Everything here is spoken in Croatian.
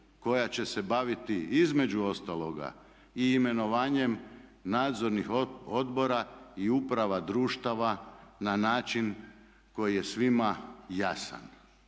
koja će se baviti između ostaloga i imenovanjem nadzornih odbora i uprava društava na način koji je svima jasan.